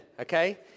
okay